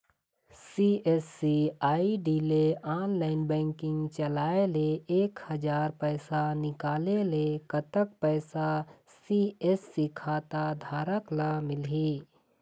CSC ID ले online banking चलाए ले एक हजार पैसा निकाले ले कतक पैसा सी.एस.सी खाता धारक ला मिलही?